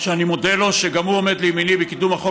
שאני מודה לו שגם הוא עומד לימיני בקידום החוק